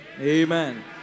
Amen